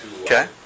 Okay